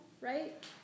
right